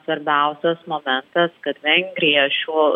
svarbiausias momentas kad vengrija šiuo